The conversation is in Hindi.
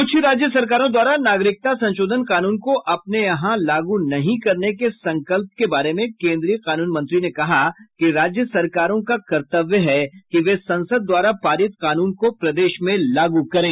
कुछ राज्य सरकारों द्वारा नागरिकता संशोधन कानून को अपने यहां लागू नहीं करने के संकल्प के बारे में केंद्रीय कानून मंत्री ने कहा कि राज्य सरकारों का कर्तव्य है कि वे संसद द्वारा पारित कानून को प्रदेश में लागू करें